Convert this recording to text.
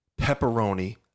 pepperoni